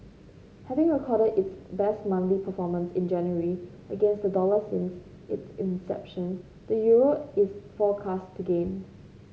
having recorded its best monthly performance in January against the dollar since its inception the euro is forecast to gain